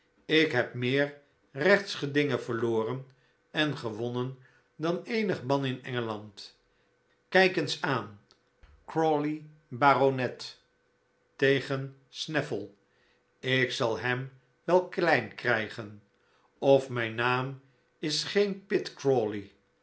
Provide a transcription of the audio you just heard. gelijk ikheb meer rechtsgedingen verloren en gewonnen dan eenig man in engeland kijk eens aan crawley bart tegen snaffle ik zal hem wel klein krijgen of mijn naam is geen